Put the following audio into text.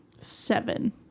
Seven